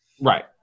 Right